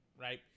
right